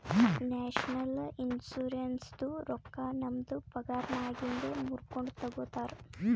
national ಇನ್ಶುರೆನ್ಸದು ರೊಕ್ಕಾ ನಮ್ದು ಪಗಾರನ್ನಾಗಿಂದೆ ಮೂರ್ಕೊಂಡು ತಗೊತಾರ್